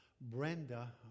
Brenda